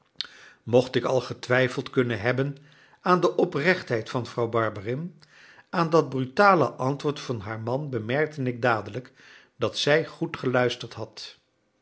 mocht ik al getwijfeld kunnen hebben aan de oprechtheid van vrouw barberin aan dat brutale antwoord van haar man bemerkte ik dadelijk dat zij goed geluisterd had